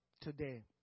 today